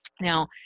Now